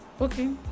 Okay